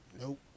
Nope